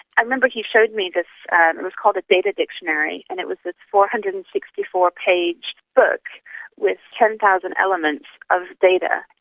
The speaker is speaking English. i remember he showed me this. it was called a data dictionary, and it was this four hundred and sixty four page book with ten thousand elements of data,